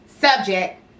subject